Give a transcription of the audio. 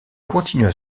continua